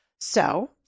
So-